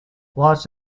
los